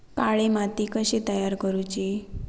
काळी माती कशी तयार करूची?